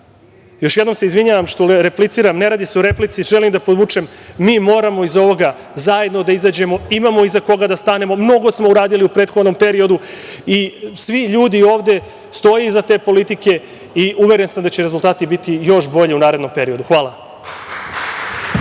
jednom se izvinjavam, ne radi se o replici, želim da podvučem, mi moramo iz ovoga zajedno da izađemo. Imamo iza koga da stanemo, mnogo smo uradili u prethodnom periodu i svi ljudi ovde stoje iza te politike i uveren sam da će rezultati biti još bolji u narednom periodu. Hvala.